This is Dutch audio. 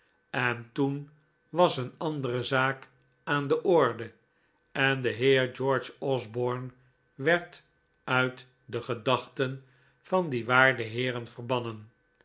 en toen was een andere zaak aan de orde en de heer george osborne werd uit de gedachten van die waarde heeren verbannen